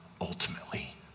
ultimately